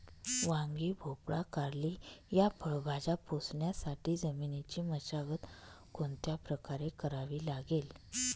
वांगी, भोपळा, कारली या फळभाज्या पोसण्यासाठी जमिनीची मशागत कोणत्या प्रकारे करावी लागेल?